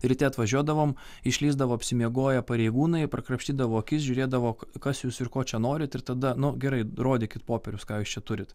ryte atvažiuodavom išlįsdavo apsimiegoję pareigūnai prakrapštydavo akis žiūrėdavo kas jūs ir ko čia norit ir tada nu gerai rodykit popierius ką jūs čia turit